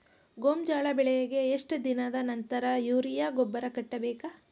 ಗೋಂಜಾಳ ಬೆಳೆಗೆ ಎಷ್ಟ್ ದಿನದ ನಂತರ ಯೂರಿಯಾ ಗೊಬ್ಬರ ಕಟ್ಟಬೇಕ?